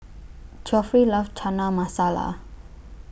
Geoffrey loves Chana Masala